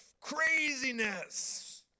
Craziness